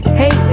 hey